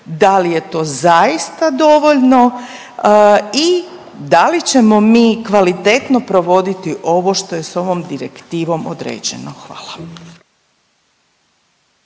da li je to zaista dovoljno i da li ćemo mi kvalitetno provoditi ovo što je s ovom direktivom određeno. Hvala.